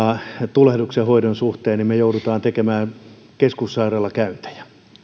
hoidon suhteen me joudumme tekemään keskussairaalakäyntejä